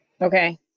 Okay